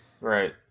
Right